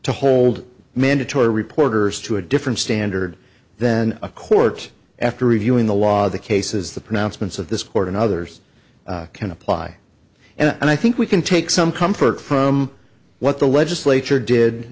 to hold mandatory reporters to a different standard than a court after reviewing the law the cases the pronouncements of this court and others can apply and i think we can take some comfort from what the legislature did